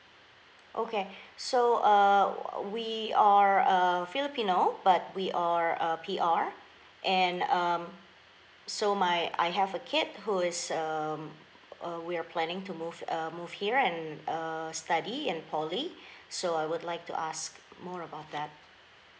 okay so uh we are uh filipino but we are a P_R and um so my I have a kid who is um uh we are planning to move um move here and uh study in poly so I would like to ask more about that